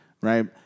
right